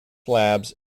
labs